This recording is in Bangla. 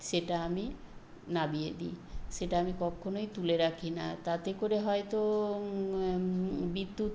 সেটা আমি নামিয়ে দিই সেটা আমি কক্ষনোই তুলে রাখি না তাতে করে হয় তো বিদ্যুৎ